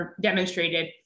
demonstrated